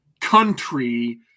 country